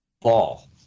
ball